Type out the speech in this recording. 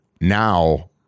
now